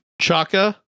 Chaka